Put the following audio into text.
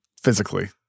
physically